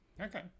Okay